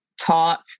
taught